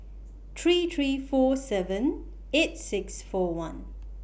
three three four seven eight six four one